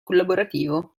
collaborativo